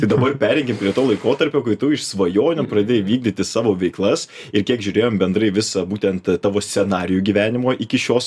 tai dabar pereikim prie to laikotarpio kai tu iš svajonių pradėjai vykdyti savo veiklas ir kiek žiūrėjom bendrai visą būtent tavo scenarijų gyvenimo iki šios